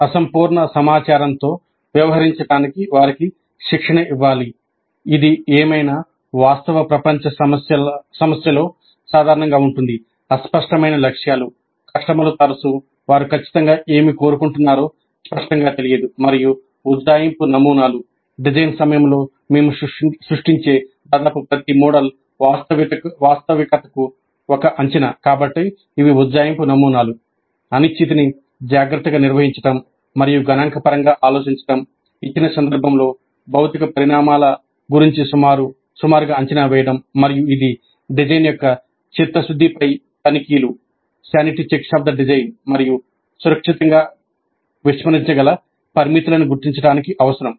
అసంపూర్ణ సమాచారంతో వ్యవహరించడానికి వారికి శిక్షణ ఇవ్వాలి ఇది ఏదైనా వాస్తవ ప్రపంచ సమస్యలో సాధారణంగా ఉంటుంది అస్పష్టమైన లక్ష్యాలు కస్టమర్లు తరచూ వారు ఖచ్చితంగా ఏమి కోరుకుంటున్నారో స్పష్టంగా తెలియదు మరియు ఉజ్జాయింపు నమూనాలు డిజైన్ సమయంలో మేము సృష్టించే దాదాపు ప్రతి మోడల్ వాస్తవికతకు ఒక అంచనా కాబట్టి ఉజ్జాయింపు నమూనాలు అనిశ్చితిని జాగ్రత్తగా నిర్వహించటం మరియు గణాంకపరంగా ఆలోచించటం ఇచ్చిన సందర్భంలో భౌతిక పరిమాణాల గురించి సుమారుగా అంచనా వేయటం మరియు ఇది డిజైన్ యొక్క చిత్తశుద్ధిపై తనిఖీలు మరియు సురక్షితంగా విస్మరించగల పారామితులను గుర్తించడానికి అవసరం